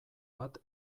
bat